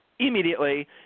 Immediately